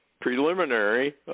preliminary